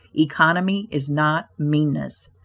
economy is not meanness.